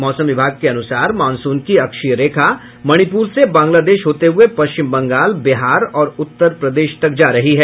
मौसम विभाग के अनुसार मॉनसून की अक्षीय रेखा मणिपुर से बांग्लादेश होते हुए पश्चिम बंगाल बिहार और उत्तर प्रदेश तक जा रही है